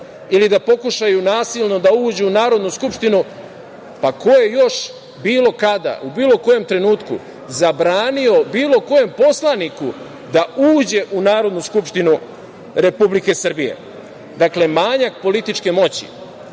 ili da pokušaju nasilno da uđu u Narodnu skupštinu, pa ko je još bilo kada u bilo kojem trenutku zabranio bilo kojem poslaniku da uđe u Narodnu skupštinu Republike Srbije? Dakle, manjak političke moći,